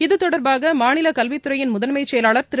இத்தொடர்பாக மாநில கல்வி துறையின் முதன்மைச் செயலாளர் திரு